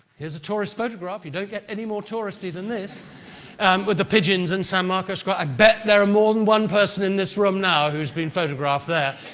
here's a tourist photograph, you don't get any more touristy than this with the pigeons in san marco square. i bet there are more than one person in this room now who's been photographed there.